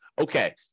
okay